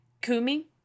Kumi